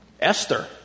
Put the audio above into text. Esther